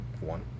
one